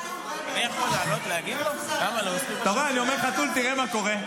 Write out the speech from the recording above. אתה רואה, אני אומר חתול, תראה מה קורה?